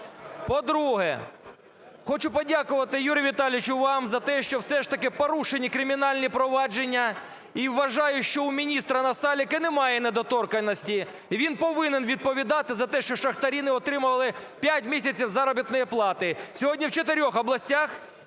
По-друге, хочу подякувати Юрій Віталійович, вам за те, що все ж таки порушені кримінальні провадження. І вважаю, що у міністра Насалика немає недоторканності, і він повинен відповідати за те, що шахтарі не отримували п'ять місяців заробітної плати. Сьогодні в чотирьох